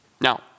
Now